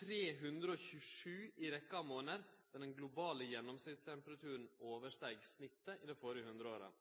327 i rekkja av månader der den globale gjennomsnittstemperaturen oversteig snittet i det førre hundreåret.